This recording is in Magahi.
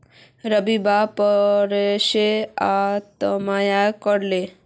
रविर बाप परसो आत्महत्या कर ले